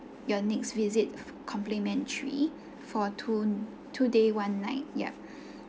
your next visit complementary for two two day one night yup